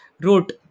wrote